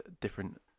different